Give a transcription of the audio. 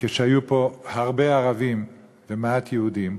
כשהיו פה הרבה ערבים ומעט יהודים,